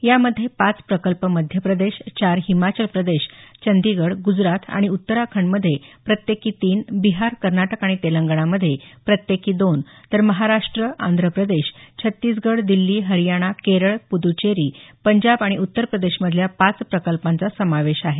यामध्ये पाच प्रकल्प मध्य प्रदेश चार हिमाचल प्रदेश तर चंदीगड गुजरात आणि उत्तराखंडमध्ये प्रत्येकी तीन बिहार कर्नाटक आणि तेलंगणामध्ये प्रत्येकी दोन तर महाराष्ट्र आंध्र प्रदेश छत्तीसगड दिल्ली हरयाणा केरळ पुदुचेरी पंजाब आणि उत्तर प्रदेशमधल्या पाच प्रकल्पांचा समावेश आहे